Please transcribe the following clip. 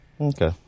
Okay